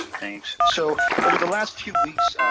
thanks. so over the last few weeks,